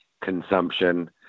consumption